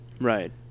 Right